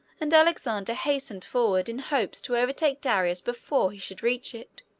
and alexander hastened forward in hopes to overtake darius before he should reach it.